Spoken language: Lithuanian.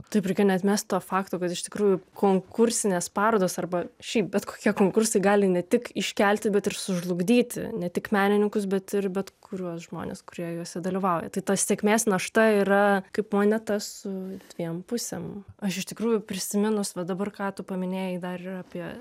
taip reikia neatmest to fakto kad iš tikrųjų konkursinės parodos arba šiaip bet kokie konkursai gali ne tik iškelti bet ir sužlugdyti ne tik menininkus bet ir bet kuriuos žmones kurie juose dalyvauja tai ta sėkmės našta yra kaip moneta su dviem pusėm aš iš tikrųjų prisiminus va dabar ką tu paminėjai dar ir apie